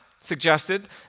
suggested